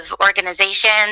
organizations